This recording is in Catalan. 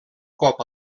cop